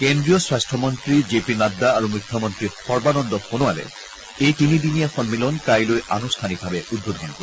কেন্দ্ৰীয় স্বাস্থ্য মন্ত্ৰী জে পি নাড্ডা আৰু মুখ্যমন্তী সৰ্বানন্দ সোণোৱাল এই তিনিদিনীয়া সন্দি'লন কাইলৈ আনুষ্ঠানিকভাৱে উদ্বোধন কৰিব